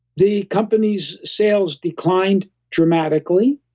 the company's sales declined dramatically,